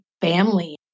family